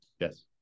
Yes